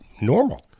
normal